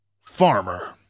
Farmer